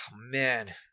man